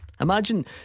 Imagine